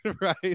right